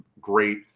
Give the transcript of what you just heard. great